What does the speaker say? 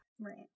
Right